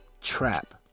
trap